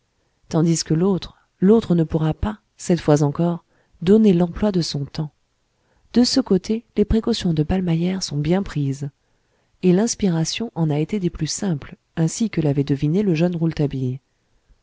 tandis que l'autre l'autre ne pourra pas cette fois encore donner l'emploi de son temps de ce côté les précautions de ballmeyer sont bien prises et l'inspiration en a été des plus simples ainsi que l'avait deviné le jeune